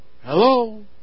Hello